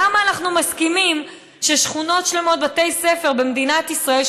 למה אנחנו מסכימים שבשכונות שלמות ילמדו בתי ספר במדינת ישראל,